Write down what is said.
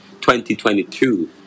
2022